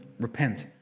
repent